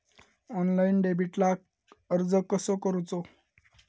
Online डेबिटला अर्ज कसो करूचो?